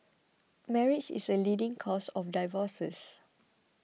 marriage is the leading cause of divorces